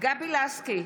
גבי לסקי,